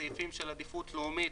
הסעיפים של עדיפות לאומית,